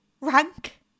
rank